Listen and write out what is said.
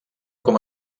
com